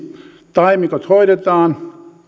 taimikot hoidetaan